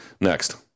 Next